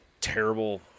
terrible